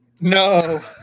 no